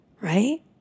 right